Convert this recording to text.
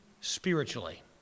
spiritually